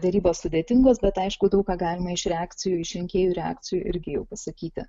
derybos sudėtingos bet aišku daug ką galima iš reakcijų iš rinkėjų reakcijų irgi jau pasakyti